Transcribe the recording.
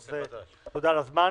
אז תודה על הזמן.